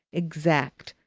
exact,